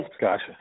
Gotcha